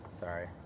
Sorry